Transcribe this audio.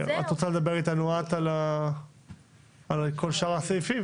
את רוצה לדבר אתנו על כל שאר הסעיפים?